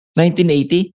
1980